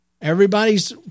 Everybody's